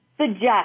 suggest